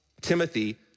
Timothy